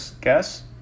guess